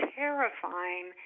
terrifying